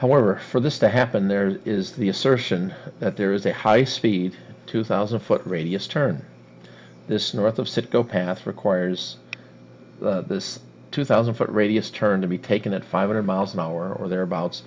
however for this to happen there is the assertion that there is a high speed two thousand foot radius turn this north of citgo pass requires this two thousand foot radius turn to be taken at five hundred miles an hour or thereabouts